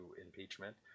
impeachment